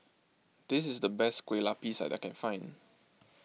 this is the best Kue Lupis that I can find